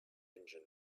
engine